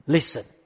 Listen